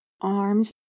arms